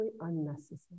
unnecessary